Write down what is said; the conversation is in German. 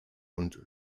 und